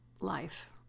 life